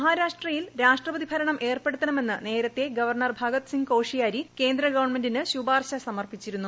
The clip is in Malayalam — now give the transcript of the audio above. മഹാരാഷ്ട്രയിൽ രാഷ്ട്രപതി ഭരണം ഏർപ്പെടുത്തണമെന്ന് നേരത്തെ ഗവർണർ ഭഗത് സിംഗ് കോഷിയാരി കേന്ദ്ര ഗവൺമെന്റിന് ശൂപാർശ സമർപ്പിച്ചിരുന്നു